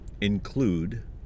include